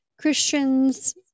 Christians